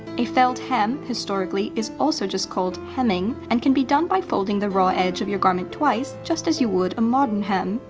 a felled hem, historically, is also just called hemming, and can be done by folding the raw edge of your garment twice, just as you would a modern hem.